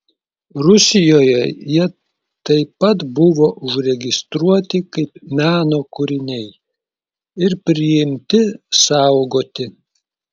rusijoje jie taip pat buvo užregistruoti kaip meno kūriniai ir priimti saugoti